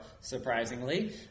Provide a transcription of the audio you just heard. surprisingly